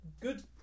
good